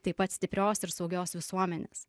taip pat stiprios ir saugios visuomenės